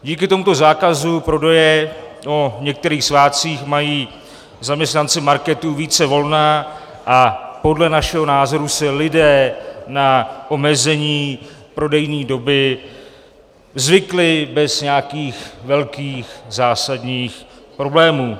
Díky tomuto zákazu prodeje o některých svátcích mají zaměstnanci marketů více volna a podle našeho názoru si lidé na omezení prodejní doby zvykli bez nějakých velkých zásadních problémů.